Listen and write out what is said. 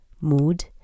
mood